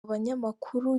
abanyamakuru